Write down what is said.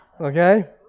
Okay